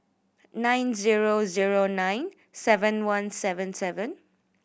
nine zero zero nine seven one seven seven